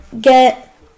get